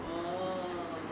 oh~